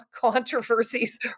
controversies